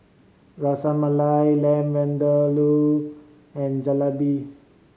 Ras Malai Lamb Vindaloo and Jalebi